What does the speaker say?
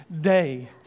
day